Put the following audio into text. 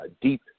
deep